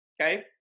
okay